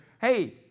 hey